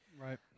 Right